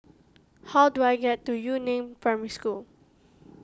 how do I get to Yu Neng Primary School